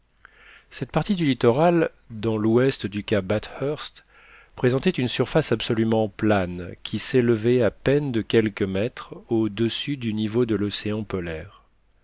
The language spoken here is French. cette partie du littoral dans l'ouest du cap bathurst présentait une surface absolument plane qui s'élevait à peine de quelques mètres au-dessus du niveau de l'océan polaire